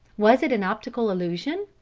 was it an optical illusion?